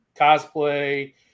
cosplay